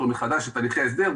את הליכי ההסדר,